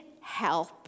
help